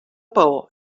paó